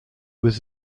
was